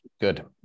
Good